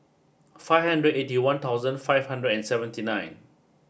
five hundred eighty one thousand five hundred and seventy nine